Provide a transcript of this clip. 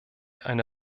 eine